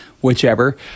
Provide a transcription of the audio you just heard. whichever